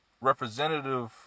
Representative